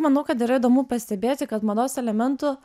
manau kad yra įdomu pastebėti kad mados elementų